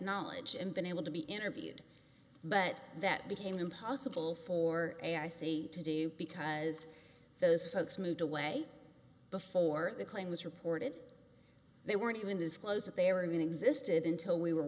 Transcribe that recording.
knowledge and been able to be interviewed but that became impossible for a i c to do because those folks moved away before the claim was reported they weren't even disclosed that they were going existed until we were